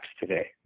today